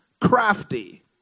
crafty